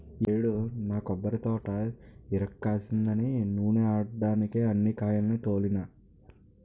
ఈ యేడు నా కొబ్బరితోట ఇరక్కాసిందని నూనే ఆడడ్డానికే అన్ని కాయాల్ని తోలినా